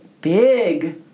big